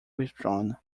withdrawn